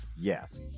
Yes